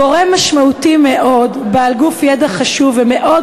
גורם משמעותי מאוד בעל גוף ידע חשוב ומאוד